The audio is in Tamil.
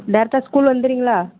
டேரக்ட்டாக ஸ்கூல் வந்துடறீங்களா